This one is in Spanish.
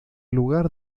lugar